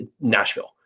Nashville